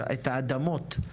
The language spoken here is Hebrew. את האדמות,